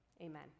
amen